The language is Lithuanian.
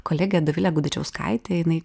kolegė dovilė gudačiauskaitė jinai